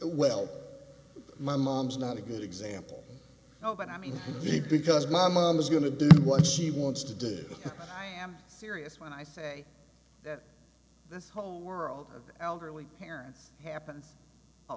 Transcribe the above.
well my mom's not a good example of what i mean maybe because my mom is going to do what she wants to do but i am serious when i say that this whole world of elderly parents happens a